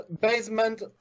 basement